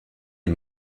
est